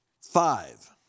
Five